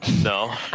No